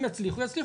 אם יצליחו יצליחו.